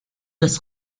des